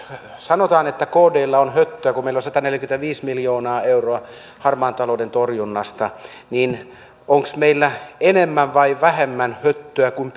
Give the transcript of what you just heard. sanotaan että kdllä on höttöä kun meillä on sataneljäkymmentäviisi miljoonaa euroa harmaan talouden torjunnasta niin onko meillä enemmän vai vähemmän höttöä kuin